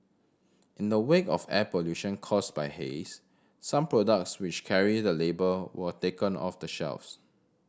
in the wake of air pollution caused by haze some products which carry the label were taken off the shelves